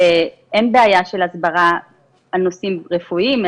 אין בעיה של הסברה על נושאים רפואיים,